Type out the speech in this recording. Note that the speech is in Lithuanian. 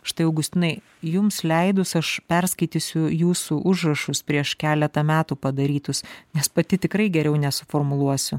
štai augustinai jums leidus aš perskaitysiu jūsų užrašus prieš keletą metų padarytus nes pati tikrai geriau nesuformuluosiu